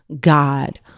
God